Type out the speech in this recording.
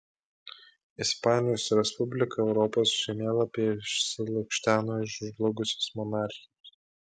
ispanijos respublika europos žemėlapyje išsilukšteno iš žlugusios monarchijos